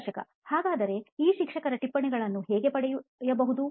ಸಂದರ್ಶಕ ಹಾಗಾದರೆ ಈ ಶಿಕ್ಷಕರ ಟಿಪ್ಪಣಿಗಳನ್ನೂ ಹೇಗೆ ಪಡೆಯಬಹುದು